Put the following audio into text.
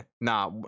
nah